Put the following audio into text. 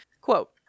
Quote